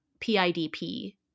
PIDP